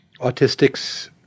autistics